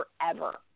forever